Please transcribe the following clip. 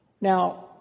Now